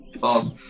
False